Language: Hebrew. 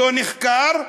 לא נחקר,